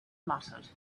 muttered